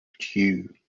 due